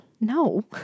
No